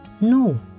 No